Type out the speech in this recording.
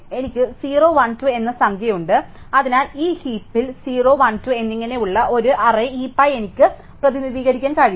എനിക്ക് 0 1 2 എന്ന സംഖ്യയുണ്ട് അതിനാൽ ഈ ഹീപിൽ 0 1 2 എന്നിങ്ങനെ ഉള്ള ഒരു അറേ ഹീപായി എനിക്ക് പ്രതിനിധീകരിക്കാൻ കഴിയും